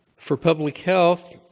for public health,